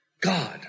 God